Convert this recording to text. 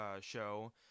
show